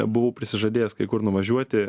buvau prisižadėjęs kai kur nuvažiuoti